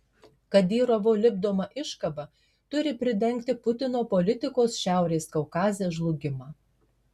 kadyrovo lipdoma iškaba turi pridengti putino politikos šiaurės kaukaze žlugimą